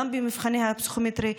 גם במבחני הפסיכומטרי.